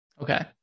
Okay